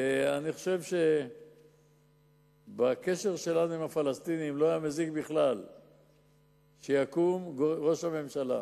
אני חושב שבקשר שלנו עם הפלסטינים לא היה מזיק בכלל שיקום ראש הממשלה,